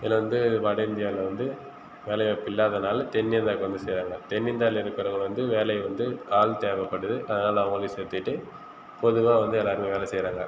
இதில் வந்து வட இந்தியாவில் வந்து வேலை வாய்ப்பு இல்லாதனால் தென் இந்தியாவுக்கு வந்து செய்கிறாங்க தென் இந்தியாவில் இருக்கிறவுங்க வந்து வேலை வந்து ஆள் தேவைப்படுது அதனால் அவங்களையும் சேர்த்துக்கிட்டு பொதுவாக வந்து எல்லோருமே வேலை செய்கிறாங்க